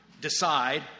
decide